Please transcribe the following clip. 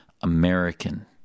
American